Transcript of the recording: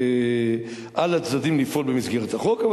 שעל הצדדים לפעול במסגרת החוק,